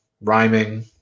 rhyming